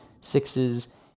sixes